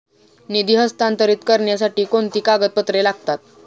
निधी हस्तांतरित करण्यासाठी कोणती कागदपत्रे लागतात?